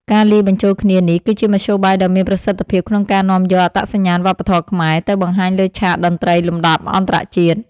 ការលាយបញ្ចូលគ្នានេះគឺជាមធ្យោបាយដ៏មានប្រសិទ្ធភាពក្នុងការនាំយកអត្តសញ្ញាណវប្បធម៌ខ្មែរ ទៅបង្ហាញលើឆាកតន្ត្រីលំដាប់អន្តរជាតិ។